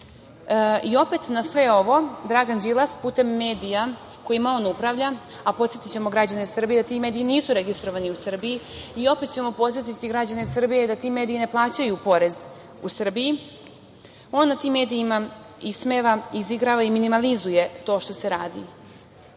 opet na sve ovo Dragan Đilas putem medija kojima on upravlja, a podsetićemo građane Srbije da ti mediji nisu registrovani u Srbiji i opet ćemo podsetiti građane Srbije da ti mediji ne plaćaju porez u Srbiji, on na tim medijima ismeva, izigrava i minimalizuje to što se radi.